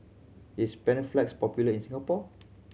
is Panaflex popular in Singapore